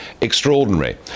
extraordinary